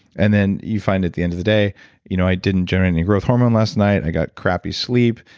and then you find at the end of the day you know i didn't generate any growth hormone last night. i got crappy sleep,